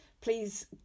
please